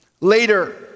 Later